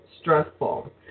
stressful